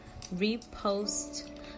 repost